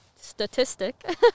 statistic